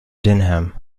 denham